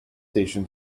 station